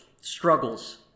struggles